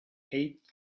eight